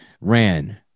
ran